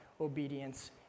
obedience